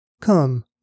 Come